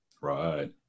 Right